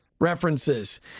references